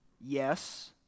Yes